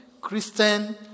Christian